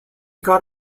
got